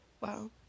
wow